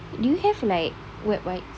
do you have like wet wipes